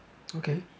okay